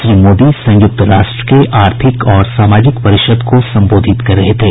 श्री मोदी संयुक्त राष्ट्र के आर्थिक और सामाजिक परिषद को संबोधित कर रहे थे